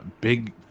big